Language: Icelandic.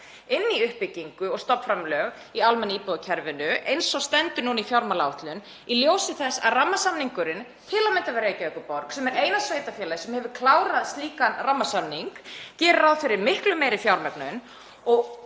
inn í uppbyggingu og stofnframlög í almenna íbúðakerfinu, eins og stendur núna í fjármálaáætlun, í ljósi þess að rammasamningurinn, til að mynda við Reykjavíkurborg sem er eina sveitarfélagið sem hefur klárað slíkan rammasamning, gerir ráð fyrir miklu meiri fjármögnun.